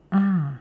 ah